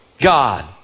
God